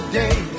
day